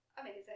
amazing